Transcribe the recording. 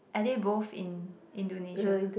are they both in Indonesia